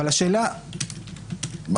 אבל השאלה --- מה האופציה?